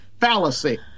fallacy